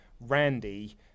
Randy